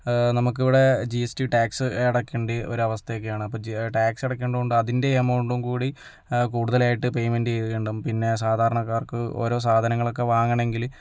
നമുക്കിവിടെ G S T tax അടക്കേണ്ട ഒരവസ്ഥയൊക്കെയാണ് അപ്പം ടാക്സ് അടക്കണ്ടതുകൊണ്ട് അതിൻ്റെ എമൗണ്ടും കൂടി കൂടുതലായിട്ട് പേയ്മെൻറ്റ് ചെയ്യണം പിന്നെ സാധാരണക്കാർക്ക് ഓരോ സാധനങ്ങളൊക്കെ വാങ്ങണങ്കിൽ